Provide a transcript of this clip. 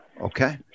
Okay